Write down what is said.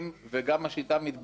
וגם השיטה מתבגרת.